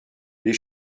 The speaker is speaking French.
les